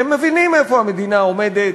הם מבינים איפה המדינה עומדת,